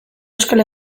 euskal